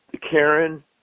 Karen